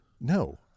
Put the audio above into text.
No